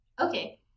okay